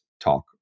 talk